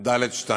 (ד2)